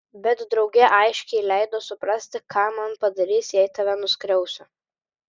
bet drauge aiškiai leido suprasti ką man padarys jei tave nuskriausiu